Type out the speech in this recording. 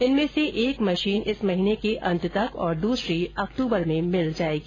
इनमें से एक मशीन इस महीने के अंत तक और दूसरी अक्टूबर में मिल जाएगी